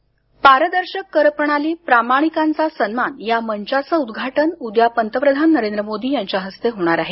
सन्मान पारदर्शक करप्रणाली प्रामाणिकांचा सन्मान या मंचाचं उद्घाटन उद्या पंतप्रधान नरेंद्र मोदी यांच्या हस्ते होणार आहे